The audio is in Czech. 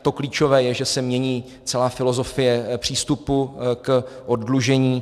To klíčové je, že se mění celá filozofie přístupu k oddlužení.